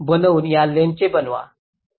बनवून या लेंग्थस चे बनवा